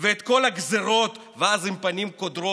ואת כל הגזרות, ואז עם פנים קודרות